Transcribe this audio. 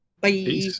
Bye